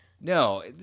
No